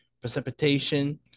Precipitation